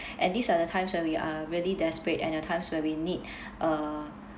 and these are the times where we are really desperate and the times where we need uh